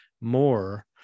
more